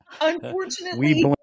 unfortunately